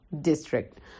district